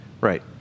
Right